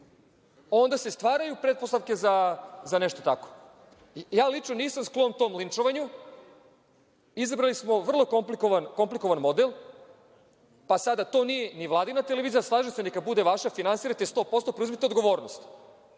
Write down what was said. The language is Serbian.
onda se stvaraju pretpostavke za nešto tako. Lično, nisam sklon tom linčovanju. Izabrali smo vrlo komplikovan model, pa sada to nije ni Vladina televizija, slažem se, neka bude vaša, finansirajte je 100%, preuzmite odgovornost.